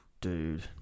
Dude